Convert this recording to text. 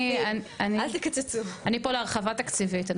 אני פה להרחבת תקציבית.